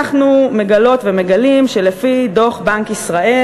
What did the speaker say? אנחנו מגלות ומגלים שלפי דוח בנק ישראל